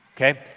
Okay